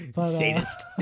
sadist